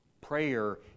Prayer